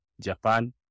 Japan